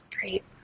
Great